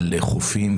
על החופים,